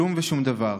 כלום ושום דבר.